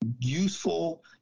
useful